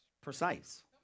precise